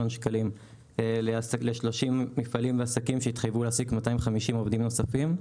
₪ ל-30 מפעלים ועסקים שהתחייבו להעסיק 250 עובדים נוספים.